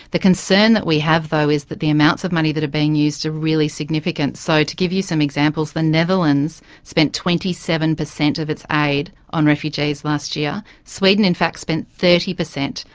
the concern that we have though is that the amounts of money that are being used are really significant. so to give you some examples, the netherlands spent twenty seven percent of its aid on refugees last year. sweden in fact spent thirty percent,